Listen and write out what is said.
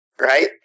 right